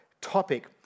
topic